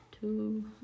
Two